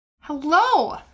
Hello